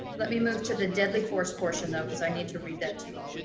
let me move to the deadly force portion though cause i need to read that to